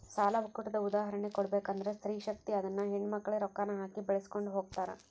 ಸಾಲ ಒಕ್ಕೂಟದ ಉದಾಹರ್ಣೆ ಕೊಡ್ಬಕಂದ್ರ ಸ್ತ್ರೀ ಶಕ್ತಿ ಅದುನ್ನ ಹೆಣ್ಮಕ್ಳೇ ರೊಕ್ಕಾನ ಹಾಕಿ ಬೆಳಿಸ್ಕೊಂಡು ಹೊಗ್ತಾರ